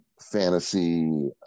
fantasy